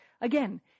again